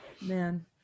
man